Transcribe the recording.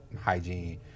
hygiene